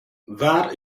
waar